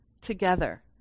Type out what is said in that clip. together